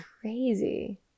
Crazy